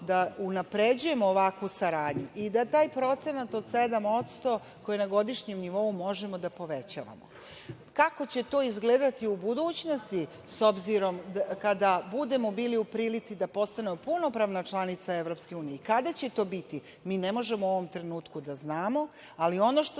da unapređujemo ovakvu saradnju i da taj procenat od 7%, koje na godišnjem nivou možemo da povećavamo. Kako će to izgledati u budućnosti, s obzirom, kada budemo bili u prilici da postanemo punopravna članica EU, kada će to biti, mi ne možemo u ovom trenutku da znamo, ali ono što